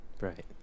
Right